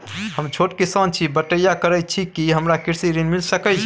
हम छोट किसान छी, बटईया करे छी कि हमरा कृषि ऋण मिल सके या?